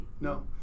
no